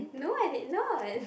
no I did not